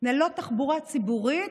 ללא תחבורה ציבורית.